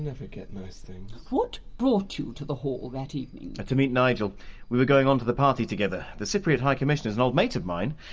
never get nice things, what brought you to the hall that evening? to meet nigel we were going on to the party together. the cypriot high commissioner is an old mate of mine!